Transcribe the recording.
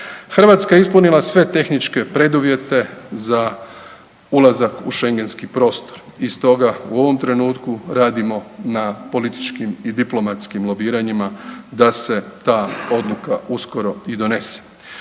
Hrvatska je ispunila sve tehničke preduvjete za ulazak u šengenski prostor i stoga u ovom trenutku radimo na političkim i diplomatskim lobiranjima da se ta odluka uskoro i donese.